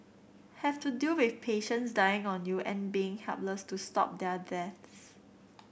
have to deal with patients dying on you and being helpless to stop their deaths